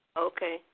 Okay